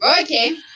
Okay